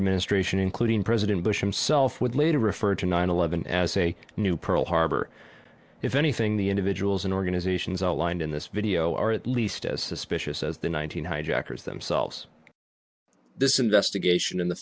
administration including president bush himself would later refer to nine eleven as a new pearl harbor if anything the individuals and organizations outlined in this video are at least as suspicious as the one thousand years them selves this investigation and the